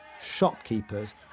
shopkeepers